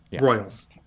Royals